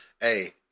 Hey